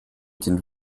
den